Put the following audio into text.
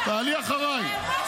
תעלי אחריי.